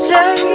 Say